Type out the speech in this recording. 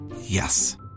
Yes